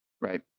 Right